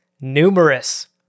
numerous